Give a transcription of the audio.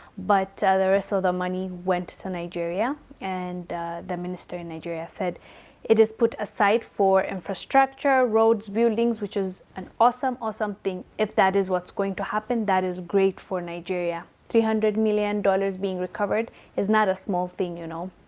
but ah the rest of so the money went to nigeria, and the minister in nigeria said it is put aside for infrastructure, roads, buildings, which is an awesome, awesome thing if that is what's going to happen, that is great for nigeria. three hundred million dollars being recovered is not a small thing, you know,